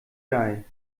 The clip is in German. geil